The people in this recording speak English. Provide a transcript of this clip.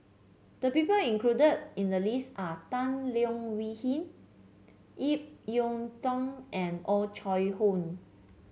the people included in the list are Tan Leo Wee Hin Ip Yiu Tung and Oh Chai Hoo